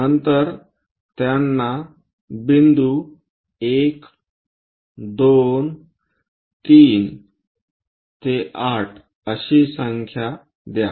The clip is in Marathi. नंतर त्यांना बिंदू 1 2 3 ते 8 अशी संख्या द्या